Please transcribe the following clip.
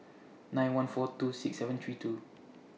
nine one four two six seven three two